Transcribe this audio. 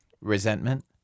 Resentment